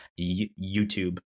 YouTube